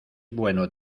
bueno